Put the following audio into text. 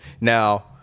Now